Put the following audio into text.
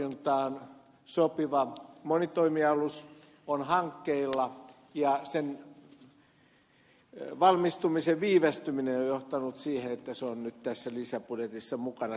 öljyntorjuntaan sopiva monitoimialus on hankkeilla ja sen valmistumisen viivästyminen on johtanut siihen että sen rahoitus on nyt tässä lisäbudjetissa mukana